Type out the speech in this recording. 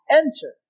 enter